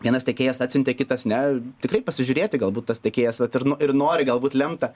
vienas tiekėjas atsiuntė kitas ne tikrai pasižiūrėti galbūt tas tiekėjas vat ir nu ir nori galbūt lemta